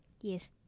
Yes